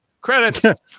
Credits